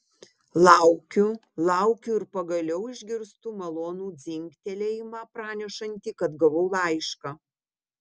laukiu laukiu ir pagaliau išgirstu malonų dzingtelėjimą pranešantį kad gavau laišką